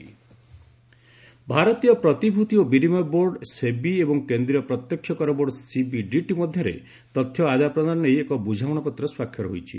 ସେବି CBDT ଭାରତୀୟ ପ୍ରତିଭୂତି ଓ ବିନିମୟ ବୋର୍ଡ୍ ସେବି ଏବଂ କେନ୍ଦ୍ରୀୟ ପ୍ରତ୍ୟକ୍ଷ କରବୋର୍ଡ୍ ସିବିଡିଟି ମଧ୍ୟରେ ତଥ୍ୟ ଆଦାନ ପ୍ରଦାନ ନେଇ ଏକ ବୁଝାମଣାପତ୍ର ସ୍ୱାକ୍ଷର ହୋଇଛି